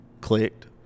clicked